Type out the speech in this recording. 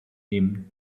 him